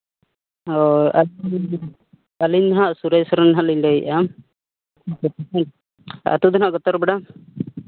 ᱟᱹᱞᱤᱧ ᱦᱟᱸᱜ ᱥᱩᱨᱟᱹᱭ ᱥᱚᱨᱮᱱ ᱞᱤᱧ ᱞᱟᱹᱭᱮᱫᱟ ᱦᱮᱸ ᱟᱛᱳ ᱫᱚ ᱦᱟᱸᱜ